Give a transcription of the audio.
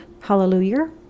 Hallelujah